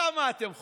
כמה אתם חושבים?